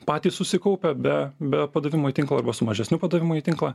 patys susikaupę be be padavimo į tinklą arba su mažesniu padavimu į tinklą